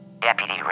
Deputy